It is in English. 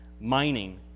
mining